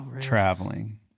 traveling